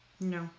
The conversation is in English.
No